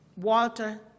Walter